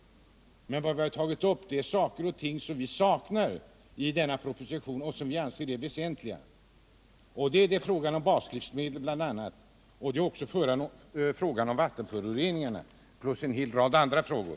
Men vi har tagit upp saker och ting som vi saknar i denna proposition och som vi anser väsentliga — baslivsmedlen, vattentöroreningarna plus en hel rad andra frågor.